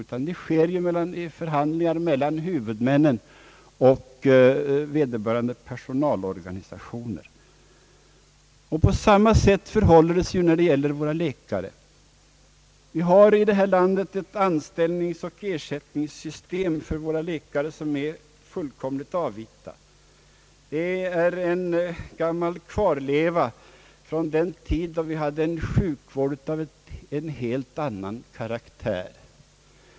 Detta sker ju genom förhandlingar mellan huvudmännen och vederbörande personalorganisationer. På samma sätt förhåller det sig när det gäller våra läkare. Här i landet har vi ett anställningsoch ersättingssystem för våra läkare som är fullkomligt avvita. Det är en gammal kvarleva från den tid då vi hade en sjukvård av helt annan karaktär.